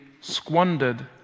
squandered